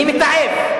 אני מתעב.